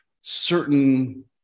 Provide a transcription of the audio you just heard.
certain